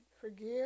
forgive